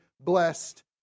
blessed